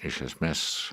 iš esmės